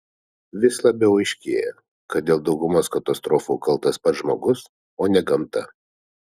vis labiau aiškėja kad dėl daugumos katastrofų kaltas pats žmogus o ne gamta